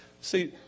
See